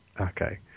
Okay